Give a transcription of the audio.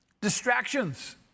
distractions